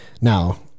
now